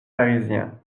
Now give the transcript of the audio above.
parisien